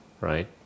right